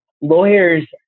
Lawyers